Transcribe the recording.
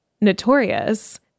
notorious